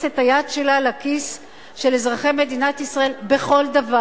את היד שלה לכיס של אזרחי מדינת ישראל בכל דבר.